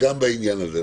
גם בעניין הזה.